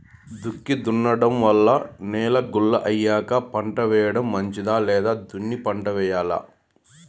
దుక్కి దున్నడం వల్ల నేల గుల్ల అయ్యాక పంట వేయడం మంచిదా లేదా దున్ని పంట వెయ్యాలా?